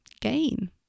gain